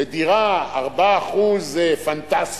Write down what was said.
בדירה 4% זה פנטסטי,